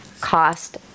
cost